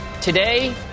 Today